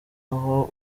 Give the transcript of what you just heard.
naho